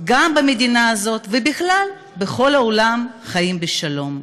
גם במדינה הזאת, ובכלל בכל העולם חיים בשלום.